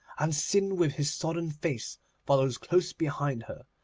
and sin with his sodden face follows close behind her.